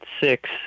six